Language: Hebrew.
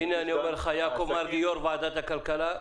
אני אומר לך - יעקב מרגי, יושב-ראש ועדת הכלכלה: